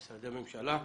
את משרדי הממשלה.